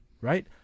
Right